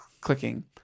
clicking